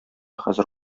хәзер